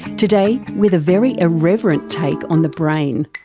today with a very irreverent take on the brain,